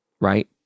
Right